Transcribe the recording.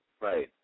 Right